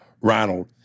Ronald